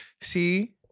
See